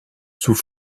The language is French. sous